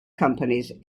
companies